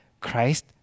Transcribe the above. Christ